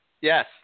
Yes